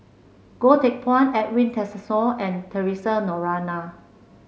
Goh Teck Phuan Edwin Tessensohn and Theresa Noronha